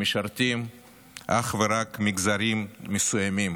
שמשרתים אך ורק מגזרים מסוימים